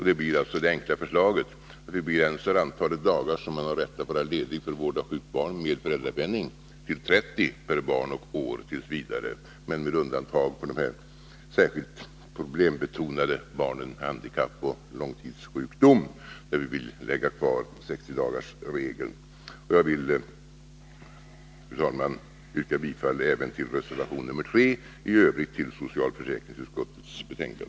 Det är alltså det enkla förslaget: Vi begränsar antalet dagar som man har rätt att vara ledig för vård av sjukt barn med föräldrapenning till 30 per barn och år tills vidare, med undantag för särskilt problembetonade barn med handikapp och långtidssjukdom, där vi vill ha kvar 60-dagarsregeln. Jag vill, fru talman, yrka bifall även till reservation 3 och i övrigt till socialförsäkringsutskottets hemställan.